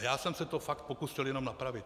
Já jsem se to fakt pokusil jenom napravit.